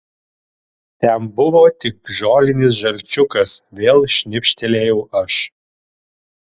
ten buvo tik žolinis žalčiukas vėl šnibžtelėjau aš